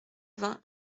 vingts